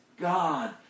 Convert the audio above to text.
God